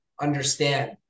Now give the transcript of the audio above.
understand